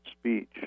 speech